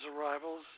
arrivals